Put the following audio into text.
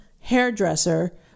hairdresser